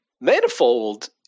Manifold